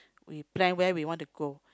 we plan where we want to go